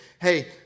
Hey